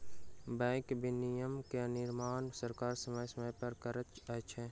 bank विनियमन के निर्माण सरकार समय समय पर करैत अछि